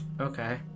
Okay